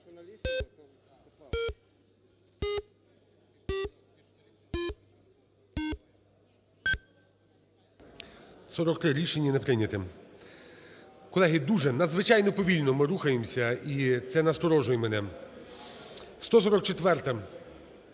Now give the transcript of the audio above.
За-43 Рішення не прийнято. Колеги, дуже надзвичайно повільно ми рухаємося, і це насторожує мене.